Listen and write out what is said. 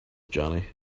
johnny